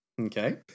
Okay